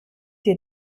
dir